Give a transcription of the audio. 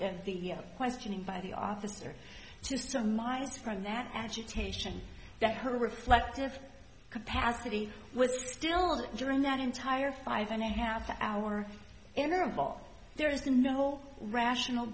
in the questioning by the officer to some minds from that agitation that her reflective capacity with still during that entire five and a half hour interval there is no rational